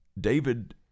David